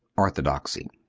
orthodoxy.